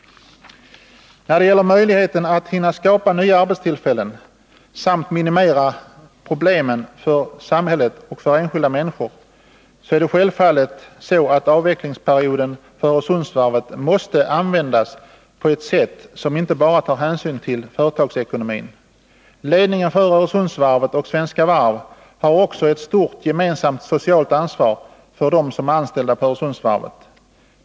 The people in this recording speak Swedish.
När det gäller möjligheten att hinna skapa nya arbetstillfällen samt minimera problemen för samhället och för enskilda människor är det självfallet så att avvecklingsperioden för Öresundsvarvet måste användas på ett sätt som inte bara tar hänsyn till företagsekonomin. Ledningen för Öresundsvarvet och Svenska Varv har också ett stort gemensamt socialt ansvar för dem som är anställda på Öresundsvarvet.